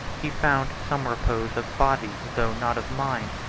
he found some repose, of body, though not of mind,